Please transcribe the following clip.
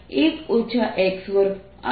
તો a2a a23 જવાબ છે